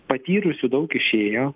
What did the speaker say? patyrusių daug išėjo